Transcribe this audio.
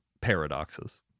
paradoxes